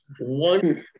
one